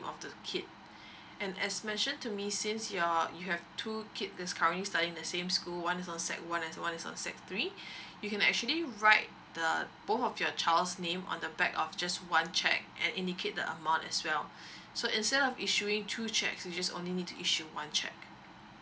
of the kid and as mentioned to me since you're you have two kid that is currently studying at the same school one is on sec one one is on sec three you can actually write the both of your child's name on the back of just one cheque and indicate the amount as well so instead of issuing two cheques you just only need to issue one cheque